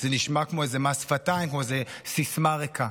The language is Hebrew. זה נשמע כמו איזה מס שפתיים, כמו איזו סיסמה ריקה.